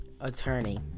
attorney